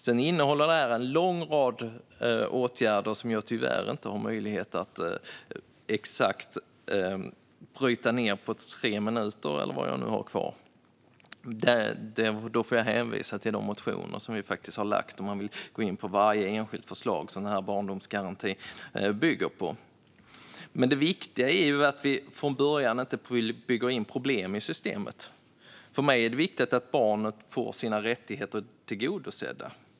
Sedan innehåller barndomsgarantin en lång rad åtgärder som jag tyvärr inte har möjlighet att redogöra för på tre minuter, så jag får hänvisa till våra motioner om man vill gå in på varje enskilt förslag som barndomsgarantin bygger på. Det viktiga är att vi från början inte bygger in problem i systemet. För mig är det viktigt att barnet får sina rättigheter tillgodosedda.